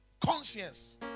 Conscience